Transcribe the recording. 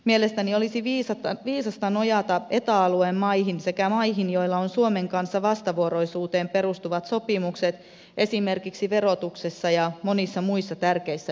mielestäni olisi viisasta nojata eta alueen maihin sekä maihin joilla on suomen kanssa vastavuoroisuuteen perustuvat sopimukset esimerkiksi verotuksessa ja monissa muissa tärkeissä yksityiskohdissa